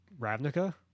Ravnica